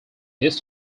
this